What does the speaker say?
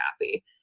happy